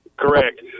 correct